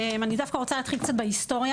אני דווקא רוצה להתחיל קצת בהיסטוריה,